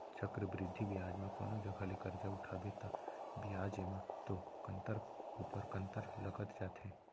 चक्रबृद्धि बियाज म कोनो जघा ले करजा उठाबे ता बियाज एमा तो कंतर ऊपर कंतर लगत जाथे